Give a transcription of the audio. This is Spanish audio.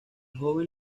joven